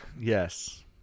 yes